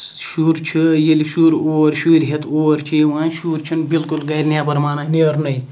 شُر چھُ ییٚلہِ شُر اوٗر شُرۍ ہیٚتھ اور چھِ یِوان شُر چھِنہٕ بِلکُل گَرِ نیٚبَر مانان نیرنُے